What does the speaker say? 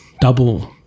double